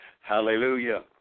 Hallelujah